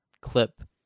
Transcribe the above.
clip